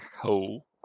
hole